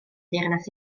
deyrnas